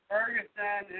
Ferguson